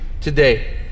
today